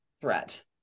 threat